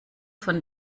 von